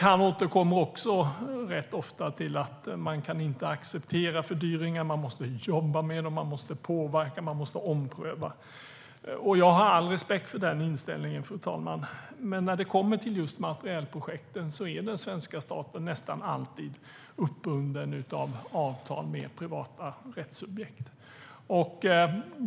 Han återkommer också rätt ofta till att man inte kan acceptera fördyringar, att man måste jobba med dem och att man måste påverka och ompröva. Jag har all respekt för den inställningen, fru talman. Men när det kommer till just materielprojekten är den svenska staten nästan alltid uppbunden av avtal med privata rättssubjekt.